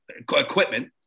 equipment